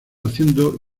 haciendo